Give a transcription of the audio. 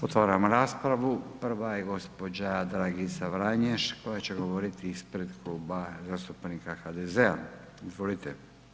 Otvaram raspravu, prva je gđa. Dragica Vranješ koja će govoriti ispred Kluba zastupnika HDZ-a, izvolite.